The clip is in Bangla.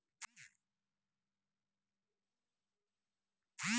অনেক রকমের মাটি হয় তাতে অনেক রকমের চাষ হয়